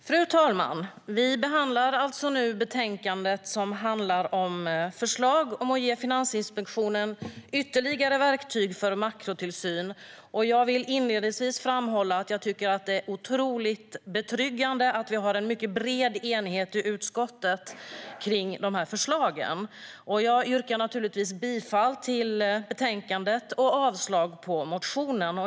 Fru talman! Vi debatterar nu alltså betänkandet som behandlar förslag om att ge Finansinspektionen ytterligare verktyg för makrotillsyn. Jag vill inledningsvis framhålla att jag tycker att det är otroligt betryggande att vi i utskottet har en mycket bred enighet om förslagen, och jag yrkar bifall till utskottets förslag och avslag på motionen.